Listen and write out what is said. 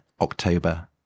October